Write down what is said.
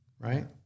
right